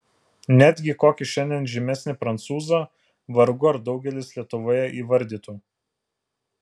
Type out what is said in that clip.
netgi kokį šiandien žymesnį prancūzą vargu ar daugelis lietuvoje įvardytų